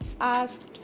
asked